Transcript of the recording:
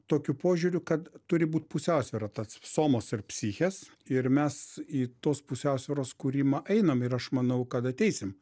tokiu požiūriu kad turi būt pusiausvyra tarp somos ir psichės ir mes į tos pusiausvyros kūrimą einam ir aš manau kad ateisim